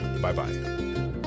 bye-bye